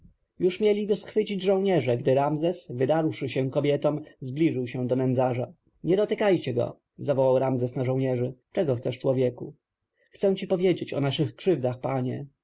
już mieli go schwycić żołnierze gdy ramzes wydarłszy się kobietom zbliżył się do nędzarza nie dotykajcie go zawołał ramzes na żołnierzy czego chcesz człowieku chcę ci opowiedzieć o naszych krzywdach panie